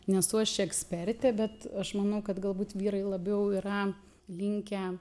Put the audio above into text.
nesu aš ekspertė bet aš manau kad galbūt vyrai labiau yra linkę